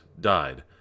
died